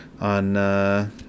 on